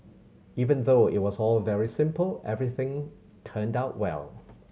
even though it was all very simple everything turned out well